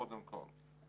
קודם כול,